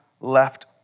left